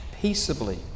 peaceably